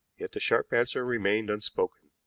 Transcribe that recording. yet the sharp answer remained unspoken.